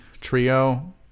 trio